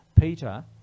Peter